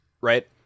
Right